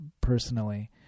personally